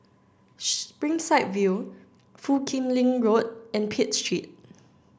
Springside View Foo Kim Lin Road and Pitt Street